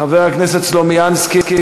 חבר הכנסת סלומינסקי,